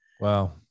Wow